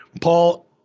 Paul